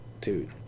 Dude